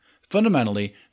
Fundamentally